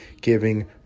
giving